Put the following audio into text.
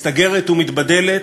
מסתגרת ומתבדלת,